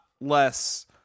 less